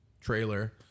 trailer